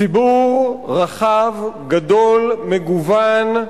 ציבור רחב, גדול, מגוון,